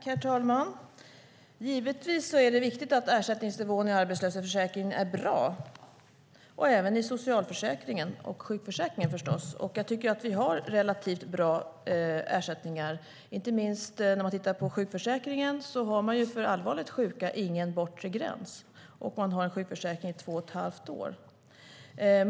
Herr talman! Givetvis är det viktigt att ersättningsnivån i arbetslöshetsförsäkringen är bra - även i socialförsäkringen och sjukförsäkringen förstås. Jag tycker att vi har relativt bra ersättningar, inte minst sett till sjukförsäkringen. För allvarligt sjuka finns ingen bortre gräns. Man har sjukförsäkring i två och ett halvt år.